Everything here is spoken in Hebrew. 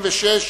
56),